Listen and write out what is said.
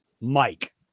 Mike